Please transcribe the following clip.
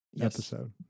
episode